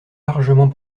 largement